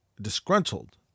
disgruntled